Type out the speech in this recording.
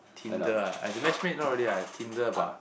Tinder ah as in best friends is not really ah Tinder ba